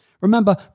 Remember